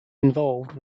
involved